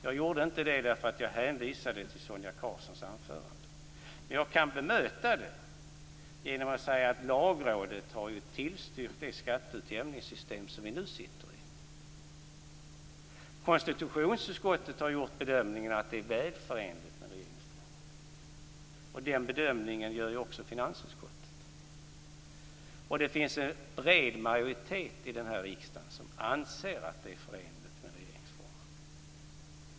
Jag gjorde inte det därför att jag hänvisade till Sonia Karlssons anförande. Men jag kan bemöta det genom att säga att Lagrådet har tillstyrkt det skatteutjämningssystem som vi nu sitter i. Konstitutionsutskottet har gjort bedömningen att det är väl förenligt med regeringsformen. Den bedömningen gör också finansutskottet. Det finns en bred majoritet i den här riksdagen som anser att det är förenligt med regeringsformen.